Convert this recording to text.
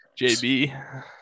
JB